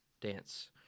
dance